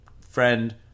friend